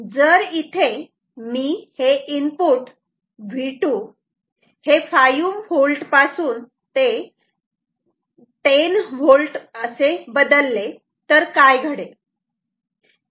जर इथे मी हे इनपुट V2 5V पासून ते 10V असे बदलले तर काय घडेल